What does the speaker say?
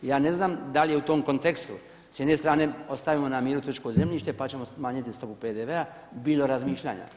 I ja ne znam da li je u tom kontekstu, s jedne strane ostavimo na miru turističko zemljište pa ćemo smanjiti stopu PDV-a bilo razmišljanja.